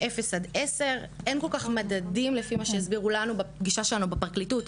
0 עד 10. אין כל כך מדדים לפי מה שהסבירו לנו בפגישה שלנו בפרקליטות,